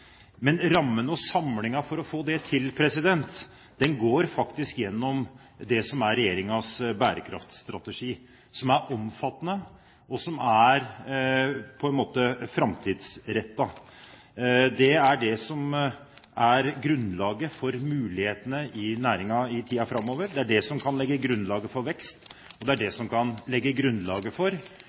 Men rammen og samlingen for å få det til går faktisk gjennom regjeringens bærekraftstrategi, som er omfattende, og som på en måte er framtidsrettet. Det er det som er grunnlaget for mulighetene i næringen i tiden framover. Det er det som kan legge grunnlaget for vekst, og det er det som kan legge grunnlaget for